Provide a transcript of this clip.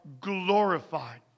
glorified